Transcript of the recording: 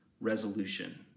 resolution